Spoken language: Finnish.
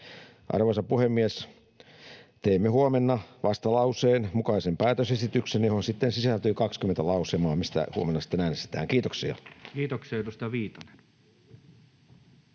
Arvoisa puhemies! Teemme huomenna vastalauseen mukaisen päätösesityksen, johon sisältyy 20 lausumaa, mistä huomenna sitten äänestetään. — Kiitoksia. Kiitoksia. — Edustaja Viitanen.